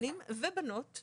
בנים ובנות,